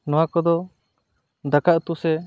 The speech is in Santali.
ᱱᱚᱣᱟ ᱠᱚᱫᱚ ᱫᱟᱠᱟ ᱩᱛᱩ ᱥᱮ